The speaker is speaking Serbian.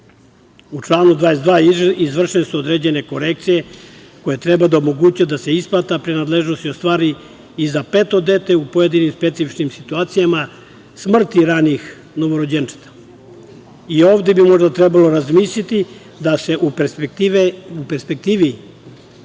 U članu 22. izvršene su određene korekcije koje treba da omoguće da se isplata prinadležnosti ostvari i za peto dete u pojedinim specifičnim situacijama smrti ranijih novorođenčadi. I ovde bi možda trebalo razmisliti da se u perspektivi